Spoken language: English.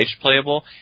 playable